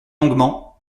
longuement